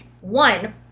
One